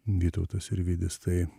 vytautas sirvydis tai